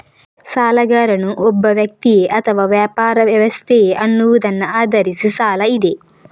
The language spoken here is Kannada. ಸಾಲಗಾರನು ಒಬ್ಬ ವ್ಯಕ್ತಿಯೇ ಅಥವಾ ವ್ಯಾಪಾರ ವ್ಯವಸ್ಥೆಯೇ ಅನ್ನುವುದನ್ನ ಆಧರಿಸಿ ಸಾಲ ಇದೆ